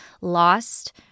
lost